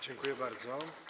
Dziękuję bardzo.